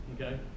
okay